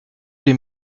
les